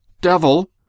devil